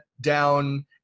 down